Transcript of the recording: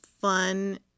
fun